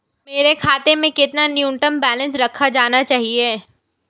मेरे खाते में कितना न्यूनतम बैलेंस रखा जाना चाहिए?